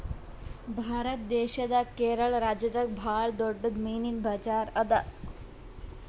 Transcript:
ಭಾರತ್ ದೇಶದಾಗೆ ಕೇರಳ ರಾಜ್ಯದಾಗ್ ಭಾಳ್ ದೊಡ್ಡದ್ ಮೀನಿನ್ ಬಜಾರ್ ಅದಾ